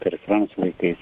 į tą restoraną su vaikais